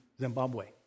Zimbabwe